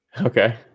Okay